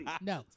No